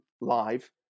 live